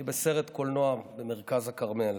הייתי בסרט קולנוע במרכז הכרמל.